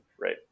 right